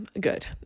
good